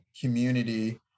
community